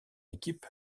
équipe